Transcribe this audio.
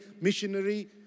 missionary